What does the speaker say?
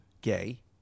gay